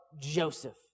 Joseph